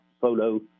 photo